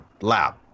Lab